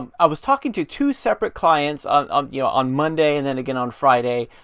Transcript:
um i was talking to two separate clients on um yeah on monday and then again on friday,